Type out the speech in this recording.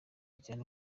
cyane